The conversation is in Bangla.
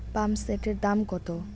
পাম্পসেটের দাম কত?